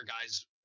guys